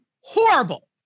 horrible